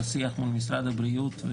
בשיח מול משרד הבריאות,